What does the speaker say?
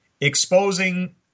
exposing